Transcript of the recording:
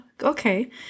Okay